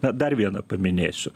na dar viena paminėsiu